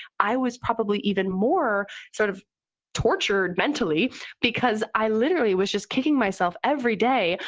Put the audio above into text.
i was probably even more sort of tortured mentally because i literally was just kicking myself every day,